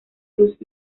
cruz